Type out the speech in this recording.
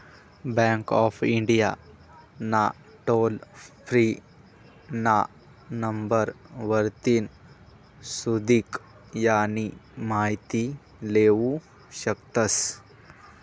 bank of India ना toll free ना number वरतीन सुदीक यानी माहिती लेवू शकतस